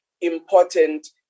important